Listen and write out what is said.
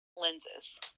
lenses